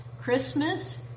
Christmas